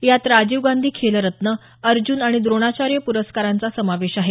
यात राजीव गांधी खेलरत्न अर्जुन आणि द्रोणाचार्य प्रस्कारांचा समावेश आहे